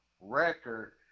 record